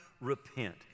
repent